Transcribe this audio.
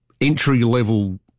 entry-level